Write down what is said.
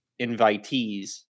invitees